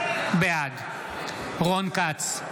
בעד רון כץ,